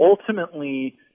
Ultimately